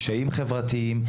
קשיים חברתיים,